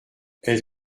elle